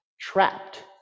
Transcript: trapped